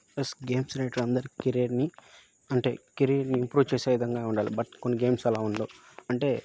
plus games అనేవి అందరి కెరీర్ని అంటే కెరీర్ని ఇంప్రూవ్ చేసే విధంగా ఉండాలి బట్ కొన్ని గేమ్స్ అలా ఉండవు అంటే